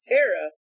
Tara